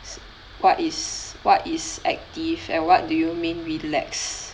so what is what is active and what do you mean relax